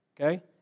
Okay